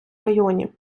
районі